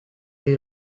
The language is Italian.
dei